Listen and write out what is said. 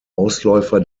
ausläufer